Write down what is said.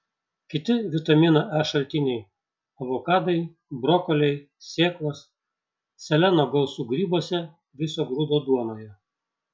kiti vitamino e šaltiniai avokadai brokoliai sėklos seleno gausu grybuose viso grūdo duonoje